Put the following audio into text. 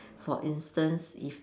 for instance if